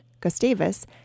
Gustavus